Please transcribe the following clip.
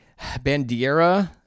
bandiera